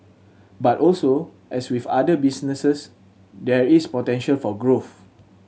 but also as with other businesses there is potential for growth